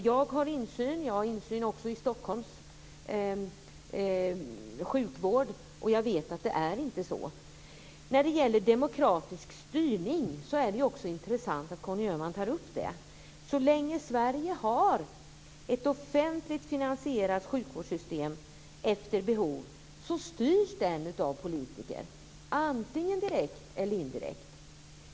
Jag har insyn också i Stockholms sjukvård, och jag vet att det inte är så. När det gäller demokratisk styrning är det också intressant att Conny Öhman tar upp det. Så länge Sverige har ett offentligt finansierat sjukvårdssystem efter behov, styrs sjukvården av politiker, antingen direkt eller indirekt.